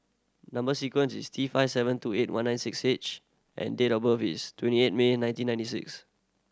number sequence is T five seven two eight one nine six H and date of birth is twenty eight May nineteen ninety six